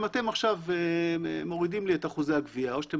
אם אתם מורידים לי את אחוזי הגבייה או שאתם